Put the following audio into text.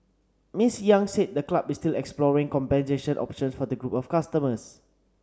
Miss Yang said the club is still exploring compensation options for the group of customers